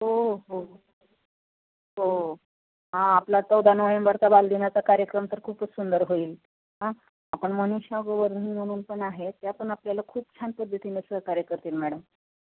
हो हो हो हो हा आपला चौदा नोव्हेंबरचा बालदिनाचा कार्यक्रम तर खूपच सुंदर होईल हां आपण मनुजा गोवर्धनी म्हनून पण आहेत त्या पण आपल्याला खूप छान पद्धतीने सहकार्य करतील मॅडम